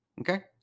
okay